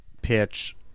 pitch